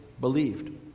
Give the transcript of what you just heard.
believed